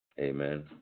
Amen